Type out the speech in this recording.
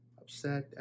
upset